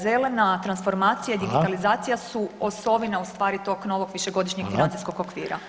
Zelena transformacija i digitalizacija [[Upadica: Hvala]] su osovina u stvari tog novog višegodišnjeg [[Upadica: Hvala]] financijskog okvira.